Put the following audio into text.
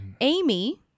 Amy